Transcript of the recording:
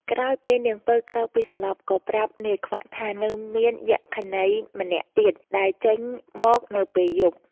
ក្រោយពេលនាងពៅក្រោកពីសន្លប់ ក៏ប្រាប់នាយខ្វាក់ថា នៅមានយក្ខិនីម្នាក់ទៀតដែលចេញមកនៅពេលយប់។